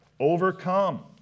Overcome